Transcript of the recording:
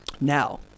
now